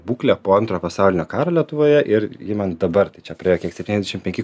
būklę po antrojo pasaulinio karo lietuvoje ir imant dabar tai čia praėjo kiek septyniasdešim penki